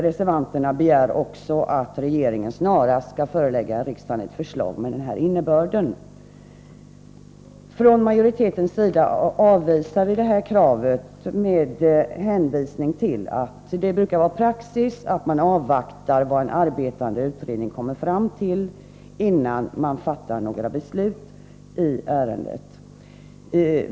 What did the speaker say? Reservanterna begär också att regeringen snarast skall förelägga riksdagen ett förslag med denna innebörd. Från majoritetens sida avvisar vi det här kravet med hänvisning till att det är praxis att avvakta vad den arbetande utredningen kommer fram till, innan man fattar några beslut i ärendet.